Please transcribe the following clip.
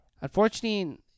Unfortunately –